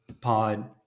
pod